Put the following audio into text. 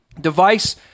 device